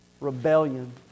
Rebellion